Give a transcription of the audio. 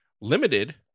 limited